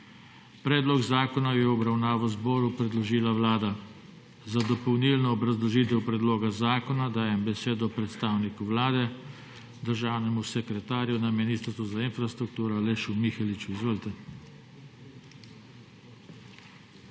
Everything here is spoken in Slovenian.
Predlog zakona je v obravnavo zboru predložila Vlada. Za dopolnilno obrazložitev predloga zakona dajem besedo predstavniku Vlade državnemu sekretarju na Ministrstvu za infrastrukturo Alešu Miheliču. Izvolite.